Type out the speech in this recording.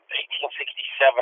1867